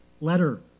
letter